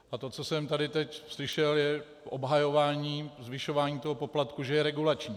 A to, co jsem tady teď slyšel, je obhajování zvyšování toho poplatku, že je regulační.